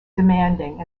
demanding